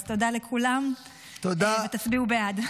אז תודה לכולם, ותצביעו בעד.